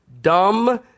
Dumb